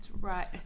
right